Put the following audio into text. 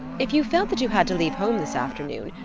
if you felt that you had to leave home this afternoon,